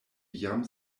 jam